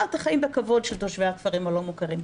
את החיים בכבוד של תושבי הכפרים הלא מוכרים.